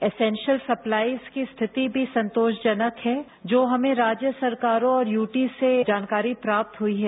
essential supplies की स्थिति भी संतोष जनक है जो हमें राज्य सरकारों और यूटीज से जानकारी प्राप्त हुई है